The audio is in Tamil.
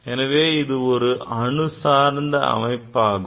எனவே இது ஒரு அணு சார்ந்த நிகழ்வாகும்